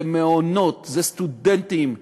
זה מעונות, זה סטודנטים,